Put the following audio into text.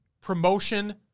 promotion